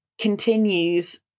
continues